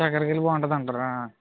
చక్రకేళి బావుంటది అంటరా